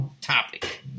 topic